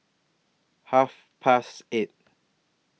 Half Past eight